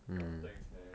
ya thanks man